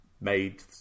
made